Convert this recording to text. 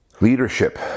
leadership